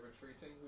retreating